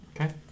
Okay